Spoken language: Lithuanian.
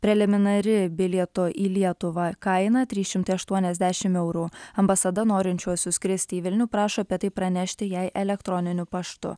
preliminari bilieto į lietuvą kaina trys šimtai aštuoniasdešimt eurų ambasada norinčiuosius skristi į vilnių prašo apie tai pranešti jai elektroniniu paštu